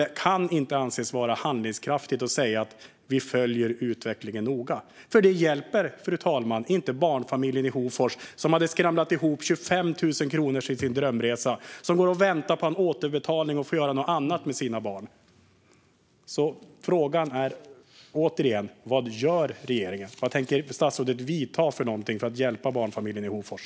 Det kan nämligen inte anses handlingskraftigt att säga att man följer utvecklingen noga. Det hjälper nämligen inte barnfamiljen i Hofors som hade skramlat ihop 25 000 kronor till sin drömresa, fru talman, och som går och väntar på en återbetalning för att få göra något annat med sina barn. Frågan är alltså återigen: Vad gör regeringen? Vilka åtgärder tänker statsrådet vidta för att hjälpa barnfamiljen i Hofors?